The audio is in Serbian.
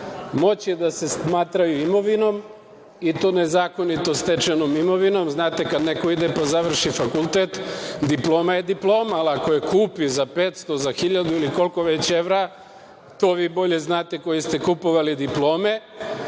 moći da se smatraju imovinom i to nezakonito stečenom imovinom? Znate, kad neko ide pa završi fakultet, diploma je diploma, ali ako je kupi za 500, za 1000 ili koliko već evra, to vi bolje znate koji ste kupovali diplome,